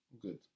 Good